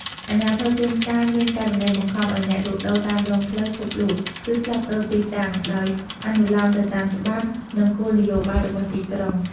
អាជ្ញាធរជួនកាលមានករណីបង្ខំឲ្យអ្នកលក់ដូរតាមដងផ្លូវឈប់លក់ ឬផ្លាស់ប្តូរទីតាំង ដោយអនុលោមទៅតាមច្បាប់ និងគោលនយោបាយរបស់ទីក្រុង។